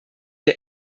der